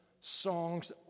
songs